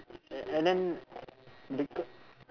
a~ and then beca~